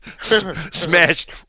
smashed